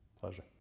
Pleasure